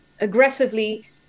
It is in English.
aggressively